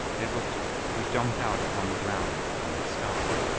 they looked to be dumped out upon the ground from the sky.